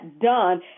done